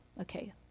okay